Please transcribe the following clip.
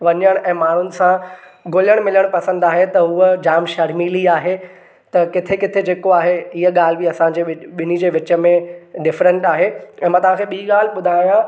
वञण ऐं माण्हुनि सां घुलण मिलण पसंदि आहे त हूअ जाम शर्मिली आहे त किथे किथे जेको आहे इहा ॻाल्हि बि असांजे विच ॿिनी जे विच में डिफ़्रेंट आहे ऐं मां तव्हांखे ॿीं ॻाल्हि ॿुधायां